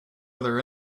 other